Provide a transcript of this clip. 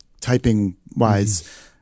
typing-wise